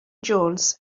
jones